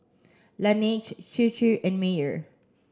Laneige Chir Chir and Mayer